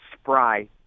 spry